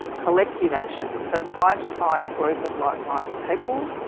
collective action, so trying to find a group of like-minded people,